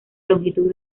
longitud